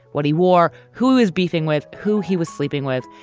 what he wore, who is beefing with who he was sleeping with.